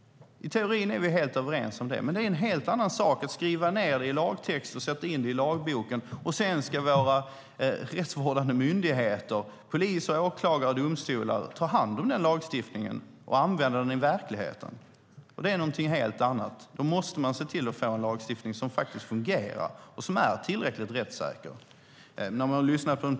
I teorin är vi helt överens om detta. Det är dock en helt annan sak att skriva ned det i lagtext, sätta in det i lagboken och sedan låta våra rättsvårdande myndigheter, polis, åklagare och domstol, ta hand om denna lagstiftning och använda den i verkligheten. Då måste vi se till att få en lagstiftning som fungerar och som är tillräckligt rättssäker.